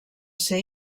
ser